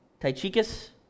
Tychicus